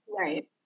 Right